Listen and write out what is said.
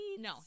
No